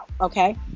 okay